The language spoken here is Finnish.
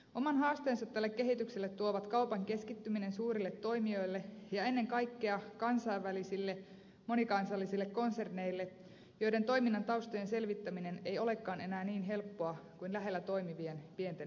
oman haasteensa tälle kehitykselle tuo kaupan keskittyminen suurille toimijoille ja ennen kaikkea kansainvälisille monikansallisille konserneille joiden toiminnan taustojen selvittäminen ei olekaan enää niin helppoa kuin lähellä toimivien pienten yksiköiden